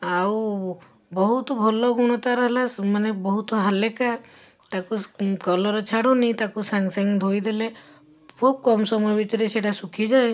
ଆଉ ବହୁତ ଭଲ ଗୁଣଟା ହେଲା ମାନେ ବହୁତ ହାଲୁକା ତାକୁ କଲର୍ ଛାଡ଼ୁନି ତାକୁ ସାଙ୍ଗସାଙ୍ଗେ ଧୋଇଦେଲେ ଖୁବ୍ କମ୍ ସମୟ ଭିତରେ ସେଇଟା ଶୁଖିଯାଏ